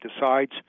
decides